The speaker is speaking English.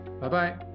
bye-bye